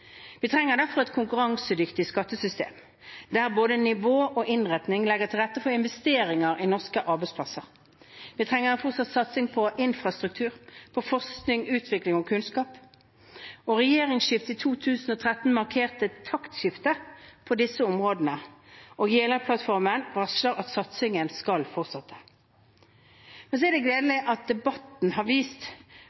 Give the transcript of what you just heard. Vi trenger derfor et konkurransedyktig skattesystem, der både nivå og innretning legger til rette for investeringer i norske arbeidsplasser. Vi trenger en fortsatt satsing på infrastruktur, på forskning, utvikling og kunnskap. Regjeringsskiftet i 2013 markerte et taktskifte på disse områdene. Jeløya-plattformen varsler at satsingen skal fortsette. Men så er det